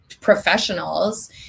professionals